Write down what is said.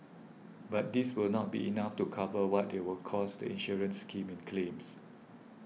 but this will not be enough to cover what they will cost the insurance scheme in claims